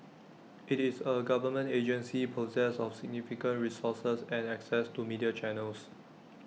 IT is A government agency possessed of significant resources and access to media channels